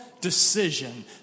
decision